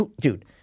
dude